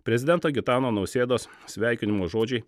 prezidento gitano nausėdos sveikinimo žodžiai